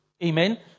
Amen